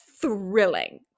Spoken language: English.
thrilling